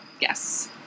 Yes